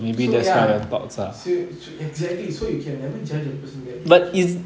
so ya so exactly so you can never judge a person that way